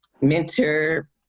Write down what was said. mentor